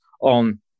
on